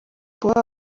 papa